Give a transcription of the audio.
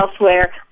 elsewhere